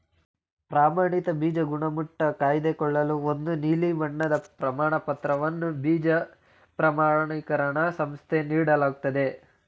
ಪ್ರಮಾಣಿತ ಬೀಜ ಗುಣಮಟ್ಟ ಕಾಯ್ದುಕೊಳ್ಳಲು ಒಂದು ನೀಲಿ ಬಣ್ಣದ ಪ್ರಮಾಣಪತ್ರವನ್ನು ಬೀಜ ಪ್ರಮಾಣಿಕರಣ ಸಂಸ್ಥೆ ನೀಡಲಾಗ್ತದೆ